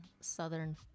southern